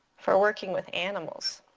for working with animals,